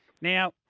Now